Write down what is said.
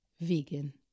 vegan